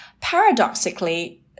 Paradoxically